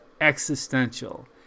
existential